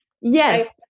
Yes